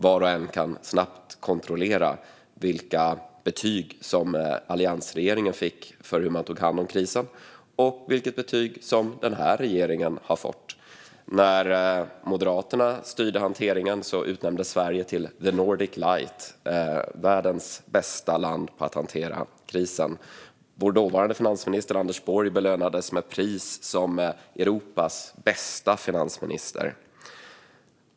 Var och en kan snabbt kontrollera vilket betyg alliansregeringen fick för hur man tog hand om krisen och vilket betyg den här regeringen har fått. När Moderaterna styrde hanteringen utnämndes Sverige till The Nordic Light - världens bästa land på att hantera krisen. Vår dåvarande finansminister Anders Borg belönades med pris som Europas bästa finansminister.